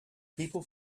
people